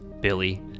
Billy